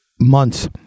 months